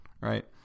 right